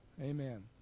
Amen